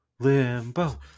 Limbo